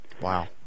Wow